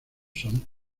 son